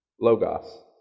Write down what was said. logos